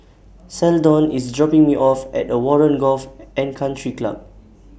Seldon IS dropping Me off At The Warren Golf and Country Club